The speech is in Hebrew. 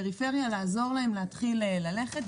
בפריפריה, וצריך לעזור להם להתחיל ללכת.